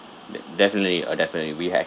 de~ definitely ah definitely we